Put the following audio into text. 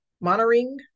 monitoring